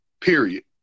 Period